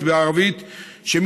שכתב כ-300 יצירות מוזיקליות בערבית,